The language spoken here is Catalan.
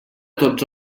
tots